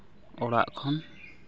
ᱚᱲᱟᱜ ᱠᱷᱚᱱ